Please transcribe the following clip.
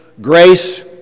grace